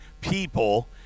people